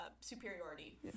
superiority